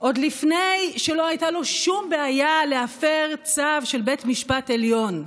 עוד לפני שלא הייתה לו שום בעיה להפר צו של בית המשפט העליון,